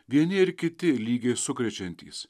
vieni ir kiti lygiai sukrečiantys